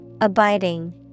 Abiding